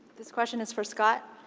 this question is for scott.